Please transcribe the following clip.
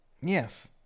Yes